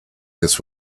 this